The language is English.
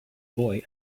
boy